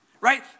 Right